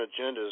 agendas